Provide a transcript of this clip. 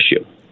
issue